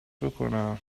بکنم